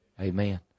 Amen